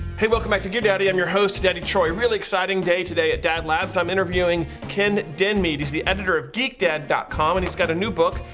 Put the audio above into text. hey welcome back to gear daddy, i'm your host, daddy troy. real exciting day today at dadlabs, i'm interviewing ken denmead. he's the editor of geekdad dot com and he's got a new book,